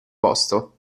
posto